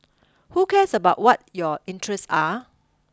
who cares about what your interests are